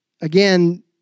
again